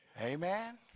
amen